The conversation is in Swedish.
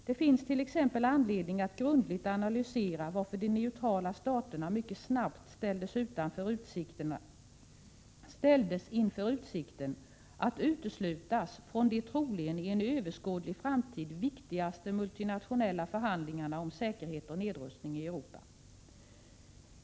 Det finns t.ex. anledning att grundligt analysera varför de neutrala staterna mycket snabbt ställdes inför utsikten att uteslutas från de troligen i en överskådlig framtid viktigaste multinationella förhandlingarna om säkerhet och nedrustning i Europa.